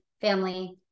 family